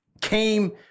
came